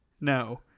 No